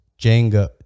jenga